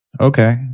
Okay